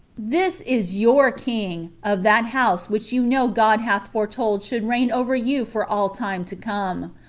this is your king, of that house which you know god hath foretold should reign over you for all time to come.